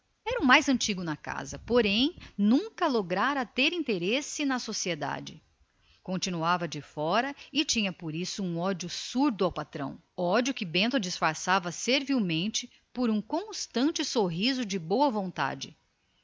era o mais antigo nunca porém lograra ter interesse na sociedade continuava sempre de fora e tinha por isso um ódio surdo ao patrão ódio que o patife disfarçava por um constante sorriso de boa vontade